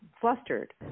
flustered